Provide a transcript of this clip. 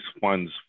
funds